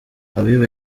habiba